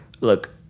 look